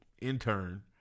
intern